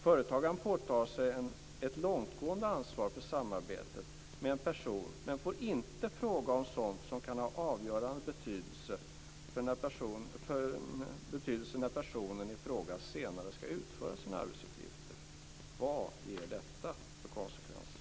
Företagaren påtar sig ett långtgående ansvar för samarbetet med en person, men får inte fråga om sådant som kan ha avgörande betydelse när personen i fråga senare ska utföra sina arbetsuppgifter. Vad ger detta för konsekvens?